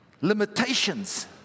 limitations